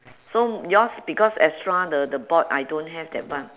so yours because extra the the board I don't have that one